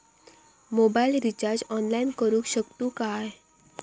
Mobile recharge online करुक शकतू काय?